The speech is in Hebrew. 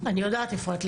אני יודעת איפה את.